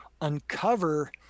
uncover